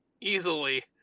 Easily